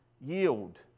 yield